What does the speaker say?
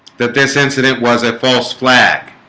that this incident was a false flag